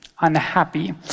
unhappy